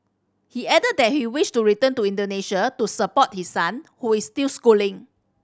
he added that he wished to return to Indonesia to support his son who is still schooling